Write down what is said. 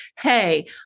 Hey